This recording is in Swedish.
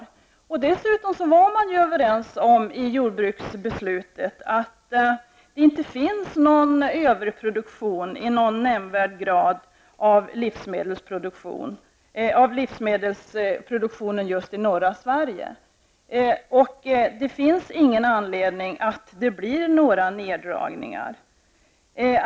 I jordbruksbeslutet var man dessutom överens om att det inte finns någon överproduktion av livsmedel i någon nämnvärd grad i just norra Sverige. Det finns ingen anledning till några neddragningar.